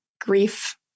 grief